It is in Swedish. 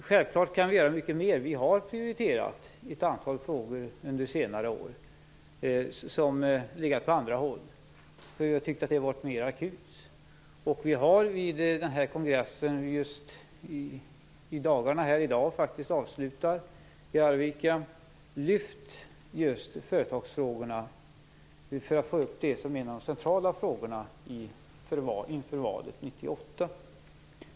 Självklart kan vi göra mycket mer. Vi har under senare år prioriterat ett antal andra frågor. Vi har tyckt att de har varit mer akuta. Vi har vid den kongress som vi faktiskt just i dag avslutar i Arvika, lyft upp företagsfrågorna för att göra dem centrala inför valet 1998.